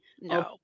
no